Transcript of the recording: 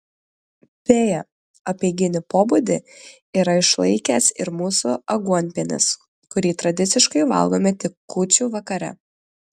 beje apeiginį pobūdį yra išlaikęs ir mūsų aguonpienis kurį tradiciškai valgome tik kūčių vakare